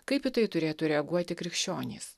kaip į tai turėtų reaguoti krikščionys